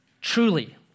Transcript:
truly